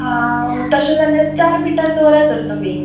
हां तशें जाल्यार चार मिटर दवरात तर तुमी